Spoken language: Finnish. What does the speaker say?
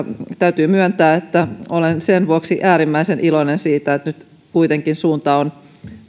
täytyy myöntää että olen sen vuoksi äärimmäisen iloinen siitä että nyt kuitenkin suunta on